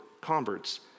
converts